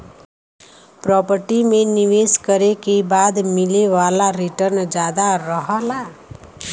property में निवेश करे के बाद मिले वाला रीटर्न जादा रहला